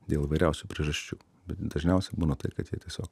dėl įvairiausių priežasčių bet dažniausia būna tai kad jie tiesiog